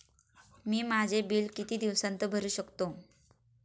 मी माझे बिल किती दिवसांत भरू शकतो?